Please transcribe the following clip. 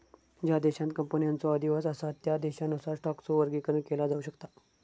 ज्या देशांत कंपनीचो अधिवास असा त्या देशानुसार स्टॉकचो वर्गीकरण केला जाऊ शकता